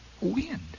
Wind